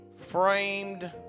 framed